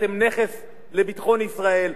אתם נכס לביטחון ישראל.